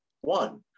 One